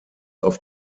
auf